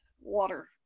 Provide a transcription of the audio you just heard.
water